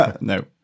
no